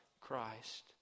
Christ